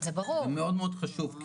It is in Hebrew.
זה מאוד מאוד חשוב,